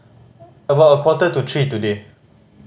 after a quarter to three today